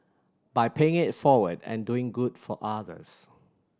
by paying it forward and doing good for others